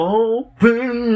open